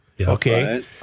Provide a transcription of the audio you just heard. okay